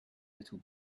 little